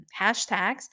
hashtags